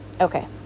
okay